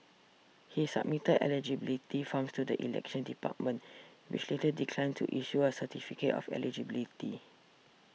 he submitted eligibility forms to the Elections Department which later declined to issue a certificate of eligibility